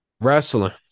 wrestling